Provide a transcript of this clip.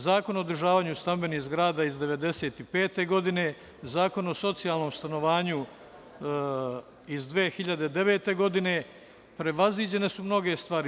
Zakon o održavanju stambenih zgrada je iz 1995. godine, Zakon o socijalnom stanovanju je iz 2009. godine i prevaziđene su mnoge stvari.